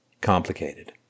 complicated